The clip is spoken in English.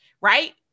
right